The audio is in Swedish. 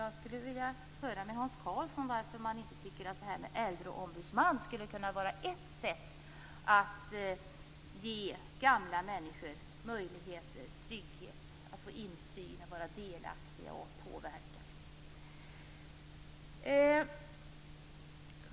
Jag skulle vilja höra Hans Karlsson redogöra för varför en äldreombudsman inte skulle kunna ge gamla människor möjligheter till trygghet, insyn, delaktighet och påverkan.